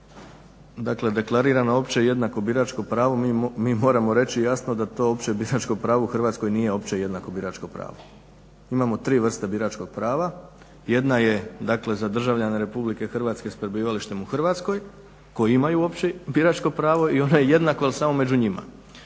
dakle deklarirano opće i jednako biračko pravo mi moramo reći jasno da to opće biračko pravo u Hrvatskoj nije opće i jednako biračko pravo. Imamo tri vrste biračkog prava. Jedna je dakle za državljane Republike Hrvatske s prebivalištem u Hrvatskoj koji imaju opće biračko pravo i ono je jednako ali samo među njima.